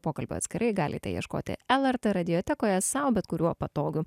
pokalbio atskirai galite ieškoti lrt radiatekoje sau bet kuriuo patogiu